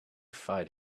fight